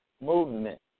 movement